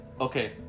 okay